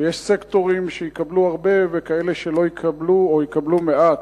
ויש סקטורים שיקבלו הרבה וכאלה שלא יקבלו או יקבלו מעט.